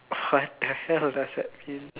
what the hell does that mean